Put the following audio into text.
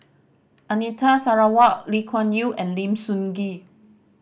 Anita Sarawak Lee Kuan Yew and Lim Sun Gee